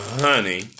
honey